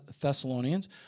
Thessalonians